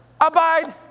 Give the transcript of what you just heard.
abide